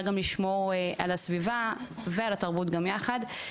גם לשמור על הסביבה ועל התרבות גם יחד.